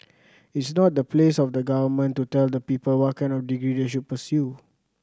it's not the place of the Government to tell the people what kind of degree they should pursue